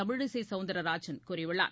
தமிழிசை சௌந்தரராஜன் கூறியுள்ளார்